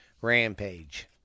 rampage